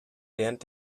lernt